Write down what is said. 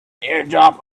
airdrop